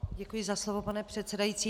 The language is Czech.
Děkuji za slovo, pane předsedající.